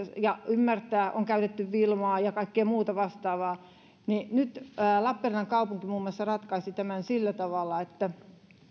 ja ymmärtää kun on käytetty wilmaa ja kaikkea muuta vastaavaa nyt lappeenrannan kaupunki muun muassa ratkaisi tämän sillä tavalla että